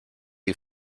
you